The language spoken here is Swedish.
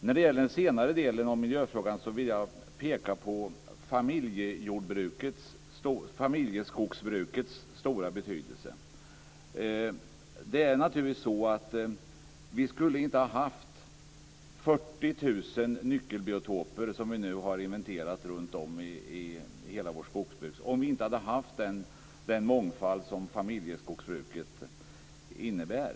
När det gäller den senare delen av miljöfrågan vill jag peka på familjeskogsbrukets stora betydelse. Vi skulle inte ha haft de 40 000 nyckelbiotoper som vi nu har inventerat runtom i hela vårt skogsbruksområde om vi inte hade haft den mångfald som familjeskogsbruket innebär.